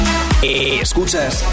escuchas